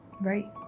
Right